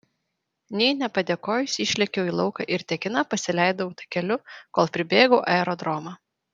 nė nepadėkojusi išlėkiau į lauką ir tekina pasileidau takeliu kol pribėgau aerodromą